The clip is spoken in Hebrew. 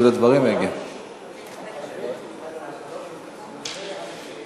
אני מבקש שסגן שר החינוך שאמור להשיב על הדברים יהיה נוכח בדיון.